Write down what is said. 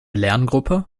lerngruppe